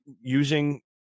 using